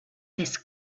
this